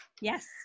Yes